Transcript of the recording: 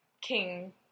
King